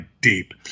deep